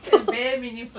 the bare minimum